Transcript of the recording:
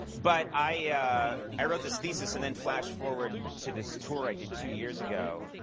but i i wrote this thesis, and then flash forward to this tour i did two years ago,